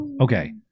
Okay